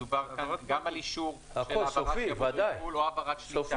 מדובר כאן גם על אישור העברת עיקול או העברת שליטה.